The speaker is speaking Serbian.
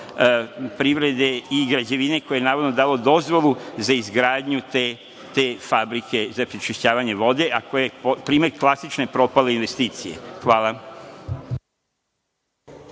privrede i građevine, koje je navodno dalo dozvolu za izgradnju te fabrike za prečišćavanje vode, a koja je primer klasične propale investicije. Hvala.